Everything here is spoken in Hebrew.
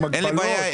המקרה.